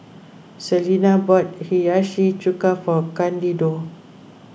Selena bought Hiyashi Chuka for Candido